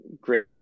great